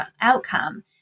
outcome